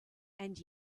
and